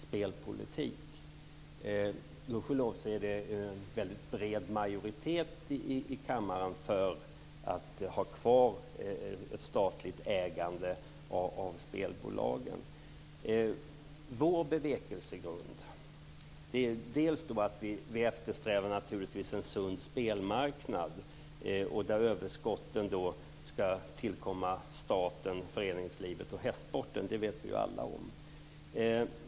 Gudskelov är det en väldigt bred majoritet i kammaren för att man ska ha kvar ett statligt ägande av spelbolagen. Vår bevekelsegrund är att vi eftersträvar en sund spelmarknad där överskotten ska tillfalla staten, föreningslivet och hästsporten, det vet vi alla om.